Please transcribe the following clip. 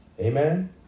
Amen